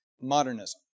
modernism